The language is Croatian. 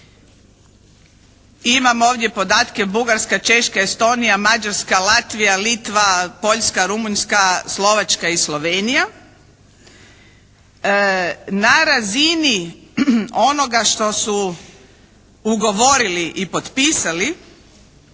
Imam ovdje podatke, Bugarska, Češka, Estonija, Mađarska, Latvija, Litva, Poljska, Rumunjska, Slovačka i Slovenija. Na razini onoga što su ugovorili i potpisali